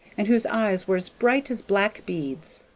and whose eyes were as bright as black beads.